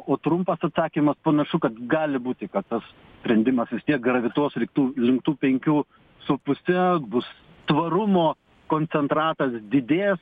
o trumpas atsakymas panašu kad gali būti ka tas sprendimas vis tiek gravituos tų link tų penkių su puse bus tvarumo koncentratas didės